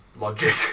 logic